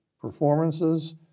performances